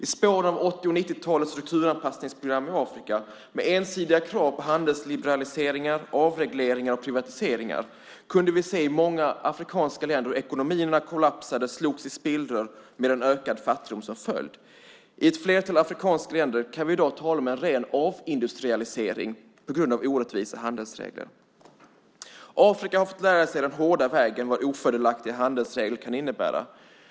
I spåren av 80 och 90-talens strukturanpassningsprogram i Afrika, med ensidiga krav på handelsliberaliseringar, avregleringar och privatiseringar, kunde vi i många afrikanska länder se ekonomierna kollapsa; de slogs i spillror med ökad fattigdom som följd. I ett flertal afrikanska länder kan vi i dag tala om en ren avindustrialisering på grund av orättvisa handelsregler. Afrika har den hårda vägen fått lära sig vad ofördelaktiga handelsregler kan innebära.